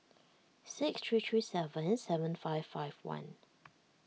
six three three seven seven five five one